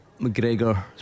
McGregor